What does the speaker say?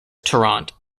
tarrant